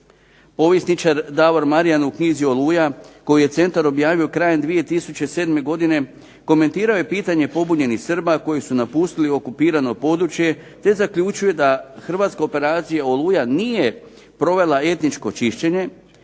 Povjesničar Davor Marjan, u knjizi "Oluja" koju je centar objavio krajem 2007. godine, komentirao je pitanje pobunjenih Srba koji su napustili okupirano područje te zaključuje da hrvatska operacija "Oluja" nije provela etničko čišćenje,